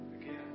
again